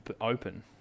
open